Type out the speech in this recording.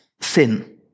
sin